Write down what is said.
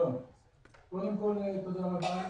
קודם כול, תודה רבה,